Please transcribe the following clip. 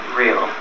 real